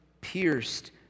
pierced